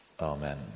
Amen